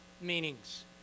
meanings